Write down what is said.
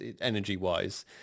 energy-wise